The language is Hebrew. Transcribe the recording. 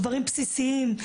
דברים בסיסיים,